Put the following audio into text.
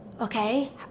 okay